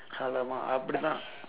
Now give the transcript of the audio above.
alamak அப்படிதான்:appadithaan